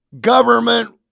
government